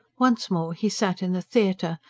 once more he sat in the theatre,